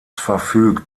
verfügt